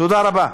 תודה רבה,